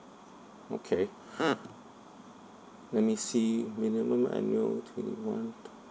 okay let me see minimum annual twenty one